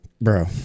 bro